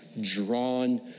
drawn